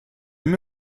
mets